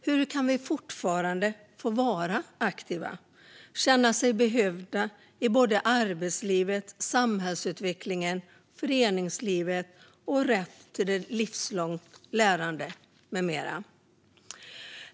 Hur kan vi fortfarande få vara aktiva och känna oss behövda i arbetslivet, samhällsutvecklingen och föreningslivet och ha rätt till ett livslångt lärande?